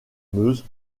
meuse